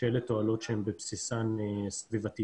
שאלה תועלות שהן בבסיסן סביבתיות.